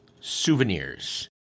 souvenirs